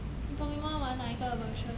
你 pokemon 玩哪一个 version